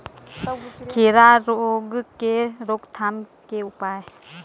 खीरा रोग के रोकथाम के उपाय?